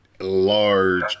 large